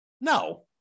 No